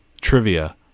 trivia